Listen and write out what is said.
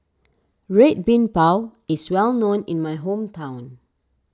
Red Bean Bao is well known in my hometown